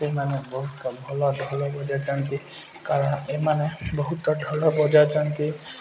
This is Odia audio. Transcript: ସେମାନେ ବହୁତ ଭଲ ଢୋଲ ବଜାଉଛନ୍ତି କାରଣ ଏମାନେ ବହୁତ ଢୋଲ ବଜାଉଛନ୍ତି